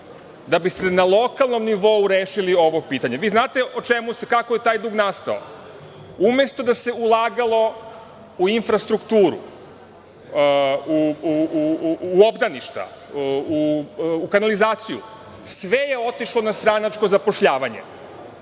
da biste na lokalnom nivou rešili ovo pitanje? Znate li kako je taj dug nastao? Umesto da se ulagalo u infrastrukturu, u obdaništa, u kanalizaciju, sve je otišlo na stranačko zapošljavanje. Godinu